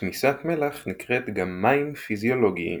תמיסת מלח נקראת גם מים פיזיולוגיים.